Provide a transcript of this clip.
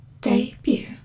Debut